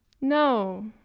No